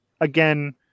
Again